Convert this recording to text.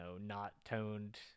not-toned